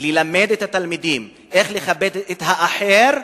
ללמד את התלמידים איך לכבד את האחר